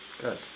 Good